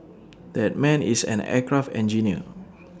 that man is an aircraft engineer